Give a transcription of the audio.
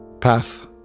path